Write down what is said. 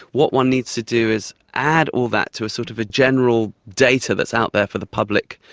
what one needs to do is add all that to a sort of general data that's out there for the public.